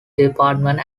department